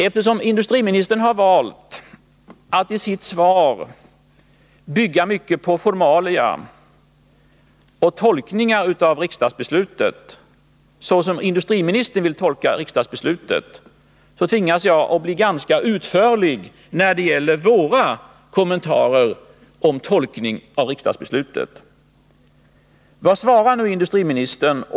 Eftersom industriministern har valt att i sitt svar bygga mycket på formalia vid tolkningen av riksdagsbeslutet, tvingas jag bli ganska utförlig när det gäller våra kommentarer om tolkningen av riksdagsbeslutet.